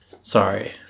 Sorry